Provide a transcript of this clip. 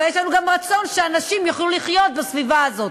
אבל יש לנו גם רצון שאנשים יוכלו לחיות בסביבה הזאת,